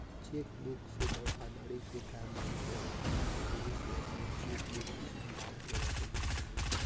check book से धोखाधड़ी के काम बहुते होत बाटे एही से अपनी चेकबुक के संभाल के रखे के चाही